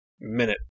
minute